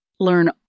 Learn